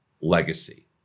legacy